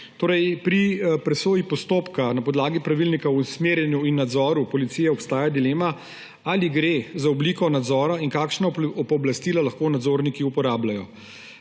Pri presoji postopka na podlagi pravilnika o usmerjanju in nadzoru policije obstaja dilema, ali gre za obliko nadzora in kakšno pooblastilo lahko nadzorniki uporabljajo.